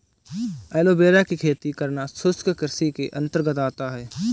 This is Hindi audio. एलोवेरा की खेती करना शुष्क कृषि के अंतर्गत आता है